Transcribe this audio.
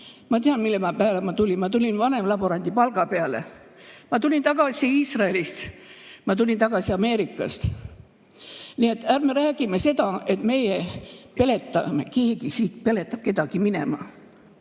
Ma tean, mille peale ma tulin. Ma tulin vanemlaborandi palga peale. Ma tulin tagasi Iisraelist. Ma tulin tagasi Ameerikast. Nii et ärme räägime seda, et keegi siit peletab kedagi minema.